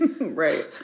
Right